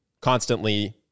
constantly